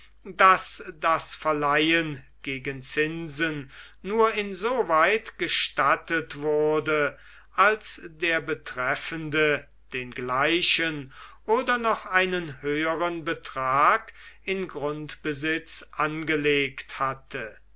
daß das verleihen gegen zinsen nur insoweit gestattet wurde als der betreffende den gleichen oder noch einen höheren betrag in grundbesitz angelegt hatte